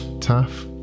Taff